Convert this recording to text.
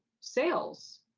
sales